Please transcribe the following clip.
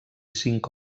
cinc